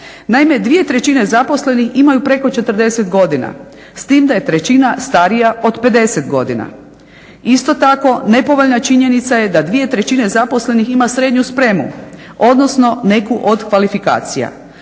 Naime, 2/3 zaposlenih imaju preko 40 godina s tim da je trećina starija od 50 godina. Isto tako, nepovoljna činjenica je da 2/3 zaposlenih ima srednju spremu, odnosno neku od kvalifikacija.